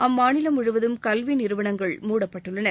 அம்மாநிலம் முழுவதும்கல்வி நிறுவனங்கள் மூடப்பட்டுள்ளன